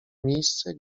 miejsce